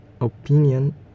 Opinion